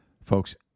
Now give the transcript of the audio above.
Folks